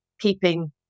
keeping